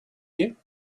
you